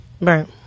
right